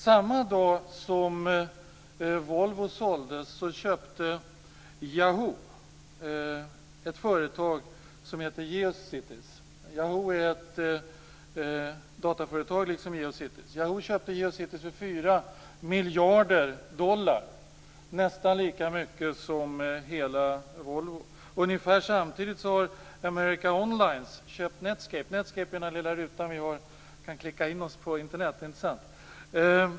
Samma dag som Volvo såldes, köpte Yahoo ett företag som heter Geocities. Yahoo är ett dataföretag liksom Geocities. Yahoo köpte Geocities för 4 miljarder dollar. Det är nästan lika mycket som i fråga om Volvo. Ungefär samtidigt har America Online köpt Netscape. Netscape är den där lilla rutan vi har för att klicka in oss på Internet, inte sant?